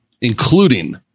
including